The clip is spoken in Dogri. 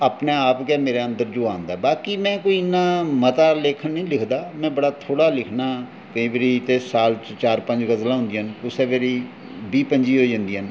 अपने आप गै जो मेरे अंदर आंदा ऐ बाकी में कोई इन्ना लेखन निं लिखदा में बड़ा थोह्ड़ा लिखना ते केईं बारी साल च चार पंज गज़लां होंदियां न कुसै बारी बीह् पं'जी होई जंदियां न